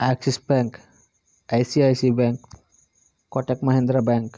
axis bank ICICI bank Kotak Mahindra bank